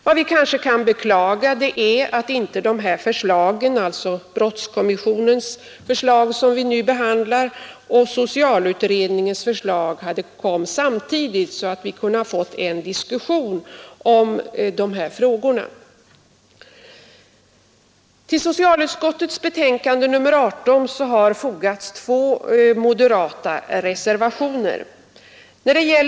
Vad vi kanske kan beklaga är att inte dessa förslag, alltså brottskommissionens förslag som vi nu behandlar och socialutredningens förslag, kommit samtidigt så att vi fått en diskussion om dessa frågor. Till socialutskottets betänkande nr 18 har fogats två moderata reservationer.